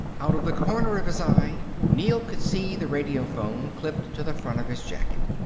out of the corner of his eye, neel could see the radiophone clipped to the front of his jacket.